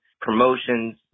promotions